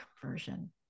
conversion